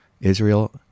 Israel